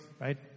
right